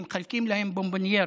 כי מחלקים להם בונבוניירות,